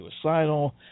suicidal